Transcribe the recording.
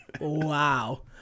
Wow